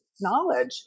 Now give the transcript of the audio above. knowledge